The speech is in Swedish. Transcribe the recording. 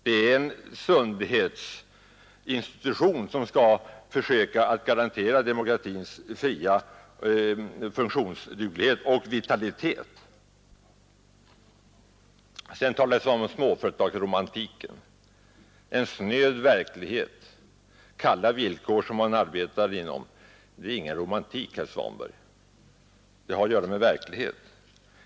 Den skall vara en sundhetsinstitution, som skall försöka garantera demokratins fria funktionsduglighet och vitalitet. Herr Svanberg talade sedan om småföretagsromantiken. En snöd verklighet och kalla villkor som man arbetar under, det är ingen romantik, herr Svanberg.